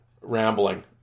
rambling